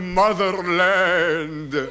motherland